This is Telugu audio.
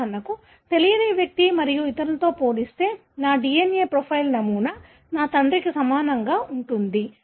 ఉదాహరణకు తెలియని వ్యక్తి మరియు ఇతరులతో పోలిస్తే నా DNA ప్రొఫైల్ నమూనా నా తండ్రికి సమానంగా ఉంటుంది